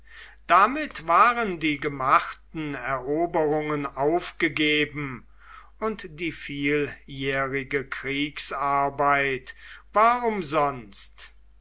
damit waren die gemachten eroberungen aufgegeben und die vieljährige kriegsarbeit war umsonst